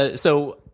ah so,